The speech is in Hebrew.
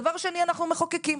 דבר שני, אנחנו מחוקקים.